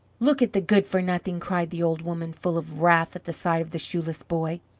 look at the good-for-nothing! cried the old woman, full of wrath at the sight of the shoeless boy.